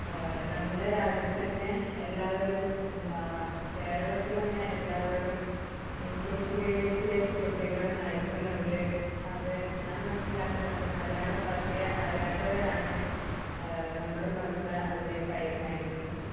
നമ്മുടെ രാജ്യത്ത് തന്നെ എല്ലാവരും എന്താ കേരളത്തിൽ തന്നെ എല്ലാവരും ഇംഗ്ലീഷ് മീഡിയത്തിലേക്ക് കുട്ടികളെ നയിക്കുന്നുണ്ട് അത് ഞാൻ മനസ്സിലാക്കുന്നത് മലയാള ഭാഷയെ അറിയാത്തവരാണ് നമ്മുടെ മക്കളെ അതിലേക്ക് അയ് നയിക്കുന്നത്